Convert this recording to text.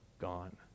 gone